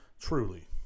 Truly